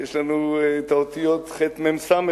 יש לנו את האותיות חמ"ס.